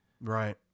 Right